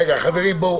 חברים,